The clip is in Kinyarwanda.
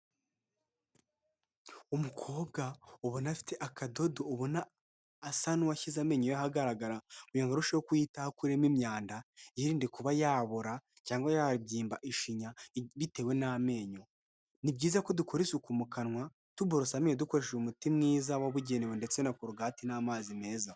Umukobwa ubona afite akadodo ubona asa n'uwashyize amenyo ye ahagaragara kugira ngo arusheho kuyitaho akuremo imyanda yirinde kuba yabora cyangwa yabyimba ishinya bitewe n'amenyo ni byiza ko dukora isuku mu kanwa tuborosa amenyo dukoresheje umuti mwiza wabugenewe ndetse n'amazi meza .